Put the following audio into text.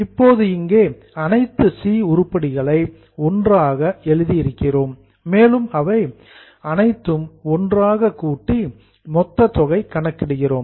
இப்போது இங்கே அனைத்து சி உருப்படிகளை ஒன்றாக எடுத்திருக்கிறோம் மேலும் அவை டுகெதர் அனைத்தையும் ஒன்றாகக் கூட்டி மொத்தத் தொகை கணக்கிடுகிறோம்